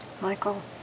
Michael